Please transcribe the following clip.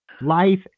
Life